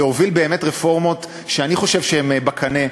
להוביל באמת רפורמות שאני חושב שהן בקנה,